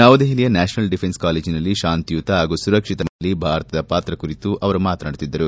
ನವದೆಹಲಿಯ national defence ಕಾಲೇಜಿನಲ್ಲಿ ಶಾಂತಿಯುತ ಹಾಗೂ ಸುರಕ್ಷಿತ ವಿಶ್ವ ನಿರ್ಮಾಣದಲ್ಲಿ ಭಾರತದ ಪಾತ್ರ ಕುರಿತು ಅವರು ಮಾತನಾಡುತ್ತಿದ್ದರು